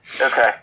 Okay